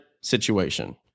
situation